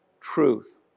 truth